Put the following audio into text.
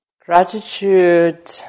gratitude